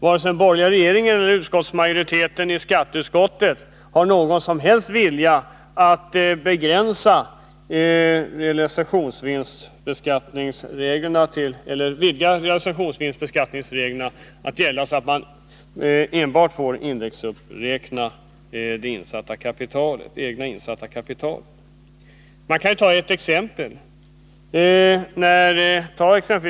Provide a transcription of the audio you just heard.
Varken den borgerliga regeringen eller majoriteten i skatteutskottet har någon som helst vilja att vidga reglerna för realisationsvinstbeskattning, så att enbart det egna insatta kapitalet indexuppräknas. Man kan ta förvärvslånet som exempel.